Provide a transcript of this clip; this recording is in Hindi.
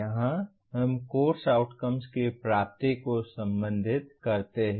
यहां हम कोर्स आउटकम्स की प्राप्ति को संबोधित करते हैं